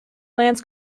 lance